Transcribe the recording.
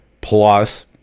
Plus